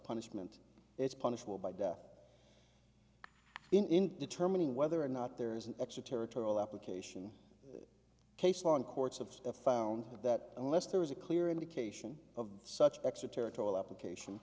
punishment it's punishable by death in determining whether or not there is an extra territorial application case law in courts of found that unless there is a clear indication of such extraterritorial application